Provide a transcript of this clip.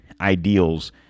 ideals